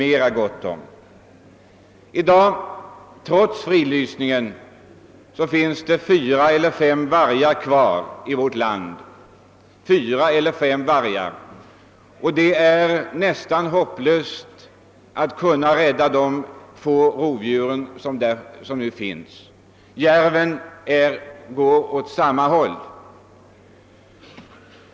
Trots denna fridlysning finns det i dag bara fyra eller fem vargar kvar i vårt land, och det är nästan ett hopplöst företag att rädda dem. För järven går utvecklingen åt samma håll.